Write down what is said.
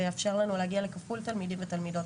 ויאפשר לנו להגיע --- תלמידים ותלמידות.